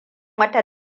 wata